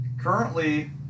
Currently